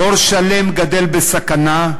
דור שלם גדל בסכנה,